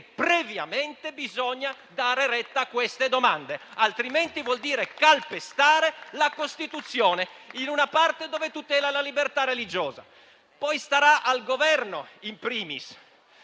previamente bisogna dare retta a queste domande. Altrimenti vuol dire calpestare la Costituzione in una parte dove tutela la libertà religiosa. Poi starà al Governo *in primis*